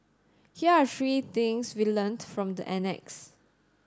here are three things we learnt from the annex